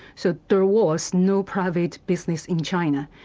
so there was no private business in china,